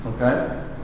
Okay